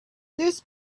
this